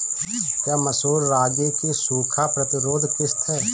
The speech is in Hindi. क्या मसूर रागी की सूखा प्रतिरोध किश्त है?